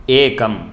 एकम्